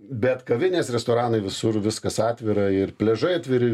bet kavinės restoranai visur viskas atvira ir pliažai atviri